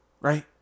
right